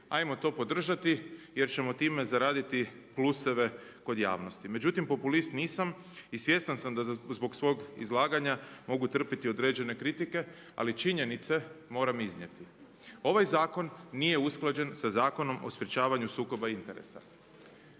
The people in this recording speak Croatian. ajmo to podržati jer ćemo time zaraditi pluseve kod javnosti. Međutim populist nisam i svjestan sam da zbog svog izlaganja mogu trpiti određene kritike, ali činjenice moram iznijeti. Ovaj zakon nije usklađen sa Zakonom o sprečavanju sukoba interesa.